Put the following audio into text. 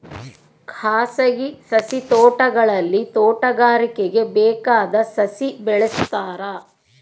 ಖಾಸಗಿ ಸಸಿ ತೋಟಗಳಲ್ಲಿ ತೋಟಗಾರಿಕೆಗೆ ಬೇಕಾದ ಸಸಿ ಬೆಳೆಸ್ತಾರ